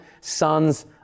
sons